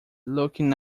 looking